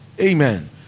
Amen